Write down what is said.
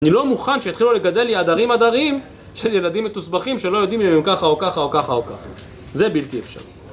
אני לא מוכן שיתחילו לגדל לי עדרים עדרים של ילדים מתוסבכים שלא יודעים אם הם ככה או ככה או ככה או ככה, זה בלתי אפשרי.